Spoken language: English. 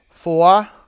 Four